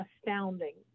astounding